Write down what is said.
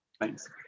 Thanks